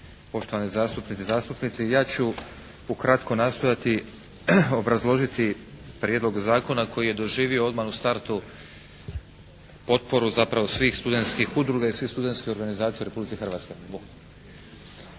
Poštovani zastupnice i zastupnici, ja ću ukratko nastojati obrazložiti prijedlog zakona koji je doživio odmah u startu potporu zapravo svih studentskih udruga i svih studentskih organizacija u Republici Hrvatskoj.